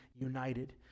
united